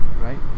Right